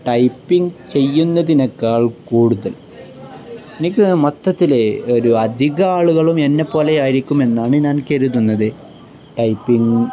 typing ചെയ്യുന്നതിനെക്കാൾ കൂടുതൽ എനിക്ക് മൊത്തത്തില് ഒരു അധിക ആളുകളും എന്നെ പോലെ ആയിരിക്കുമെന്നാണു ഞാൻ കരുതുന്നത് ടൈപ്പിംഗ്